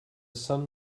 sun